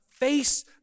Face